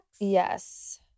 yes